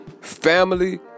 family